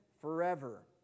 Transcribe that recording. forever